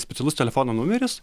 specialus telefono numeris